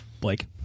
Blake